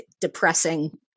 depressing